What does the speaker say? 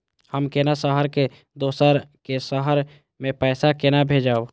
हम केना शहर से दोसर के शहर मैं पैसा केना भेजव?